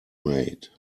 made